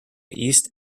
east